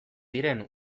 diren